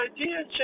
idea